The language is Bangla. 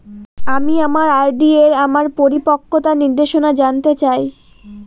আমি আমার আর.ডি এর আমার পরিপক্কতার নির্দেশনা জানতে চাই